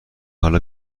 حالا